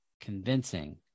convincing